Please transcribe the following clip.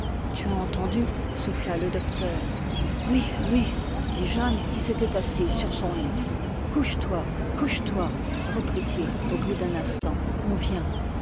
tu as entendu souffla le docteur oui oui dit jeanne qui s'était assise sur son lit couche-toi couche-toi reprit-il au bout d'un instant on vient